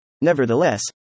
nevertheless